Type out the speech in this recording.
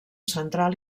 central